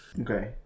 Okay